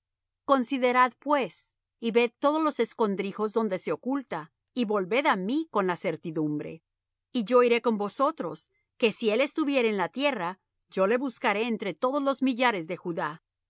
considerad pues y ved todos los escondrijos donde se oculta y volved á mí con la certidumbre y yo iré con vosotros que si él estuviere en la tierra yo le buscaré entre todos los millares de judá